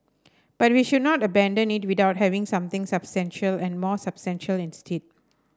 but we should not abandon it without having something substantial and more substantial instead